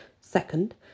Second